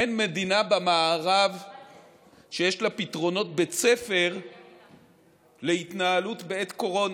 אין מדינה במערב שיש לה פתרונות בית ספר להתנהלות בעת קורונה.